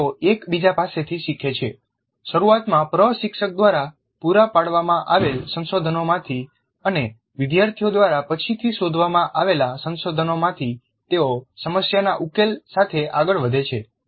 તેઓ એકબીજા પાસેથી શીખે છે શરૂઆતમાં પ્રશિક્ષક દ્વારા પૂરા પાડવામાં આવેલ સંસાધનોમાંથી અને વિદ્યાર્થીઓ દ્વારા પછીથી શોધવામાં આવેલા સંસાધનોમાંથી તેઓ સમસ્યાના ઉકેલ સાથે આગળ વધે છે